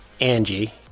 Angie